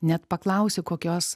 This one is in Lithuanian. net paklausiu kokios